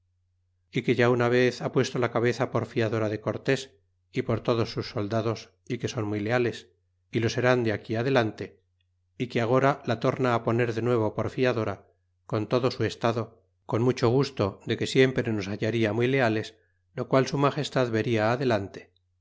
y que ya una vez ha puesto la cabeza por fiadora de cortés y por todos sus soldados y que son muy leales y lo sern de aquí adelante y que agora la torna poner de nuevo por fiadora con todo su estado con mucho gusto de que siempre nos hallaria muy leales lo qual su magestad venia adelante